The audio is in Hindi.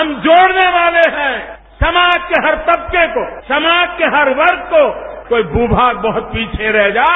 हम जोड़ने वाले हैं समाज के हर तबके को समाज के हर वर्ग को कोई मू भाग बहुत पीछे रह जाए